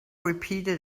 repeated